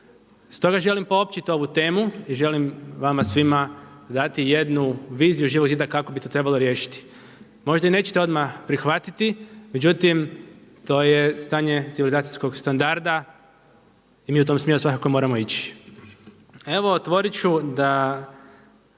Stoga želim poopćiti ovu temu i želim vama svima dati jednu viziju Živog zida kako bi to trebalo riješiti. Možda i nećete odmah prihvatiti međutim to je stanje civilizacijskog standarda i mi u tom smjeru svakako moramo ići.